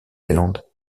zélande